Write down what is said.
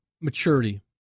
maturity